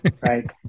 right